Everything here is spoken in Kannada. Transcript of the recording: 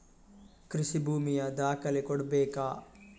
ಕೃಷಿ ಭೂಮಿಯ ದಾಖಲೆ ಕೊಡ್ಬೇಕಾ?